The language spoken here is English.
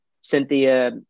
Cynthia